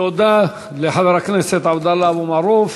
תודה לחבר הכנסת עבדאללה אבו מערוף.